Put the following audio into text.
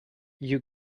you